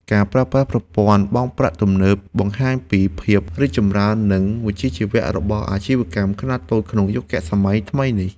ការប្រើប្រាស់ប្រព័ន្ធបង់ប្រាក់ទំនើបបង្ហាញពីភាពរីកចម្រើន និងវិជ្ជាជីវៈរបស់អាជីវកម្មខ្នាតតូចក្នុងយុគសម័យថ្មីនេះ។